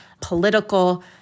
political